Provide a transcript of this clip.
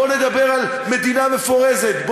בוא נדבר על מדינה מפורזת,